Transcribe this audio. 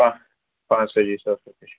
پانٛژ پانٛژھ تٲجی ساس رۄپیہِ چھِ